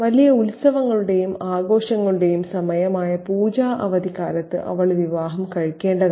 വലിയ ഉത്സവങ്ങളുടെയും ആഘോഷങ്ങളുടെയും സമയമായ പൂജാ അവധിക്കാലത്ത് അവൾ വിവാഹം കഴിക്കേണ്ടതായിരുന്നു